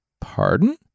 Pardon